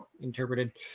interpreted